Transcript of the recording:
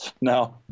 No